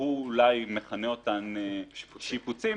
הוא אולי מכנה אותן שיפוצים,